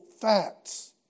facts